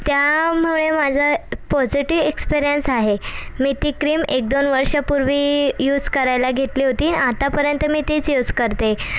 त्यामुळे माझा positive experience आहे मी ती क्रीम एक दोन वर्षापूर्वी यूस करायला घेतली होती आतापर्यंत मी तीच यूस करते